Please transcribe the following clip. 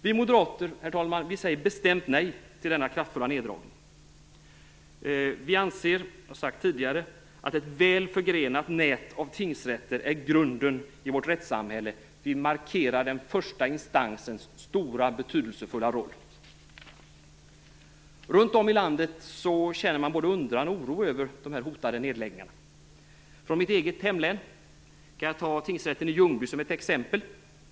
Vi moderater säger bestämt nej till denna kraftfulla neddragning. Vi anser - och det har vi sagt tidigare - att ett väl förgrenat nät av tingsrätter är grunden i vårt rättssamhälle. Vi markerar den första instansens stora och betydelsefulla roll. Runt om i landet känner man både undran och oro inför de här hoten om nedläggning. Från mitt eget hemlän kan jag ta tingsrätten i Ljungby som ett exempel.